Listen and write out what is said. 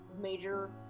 major